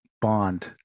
bond